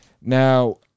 Now